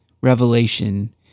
revelation